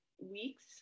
weeks